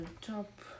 Top